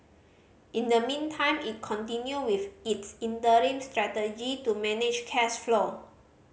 in the meantime it continued with its interim strategy to manage cash flow